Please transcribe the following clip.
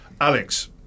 Alex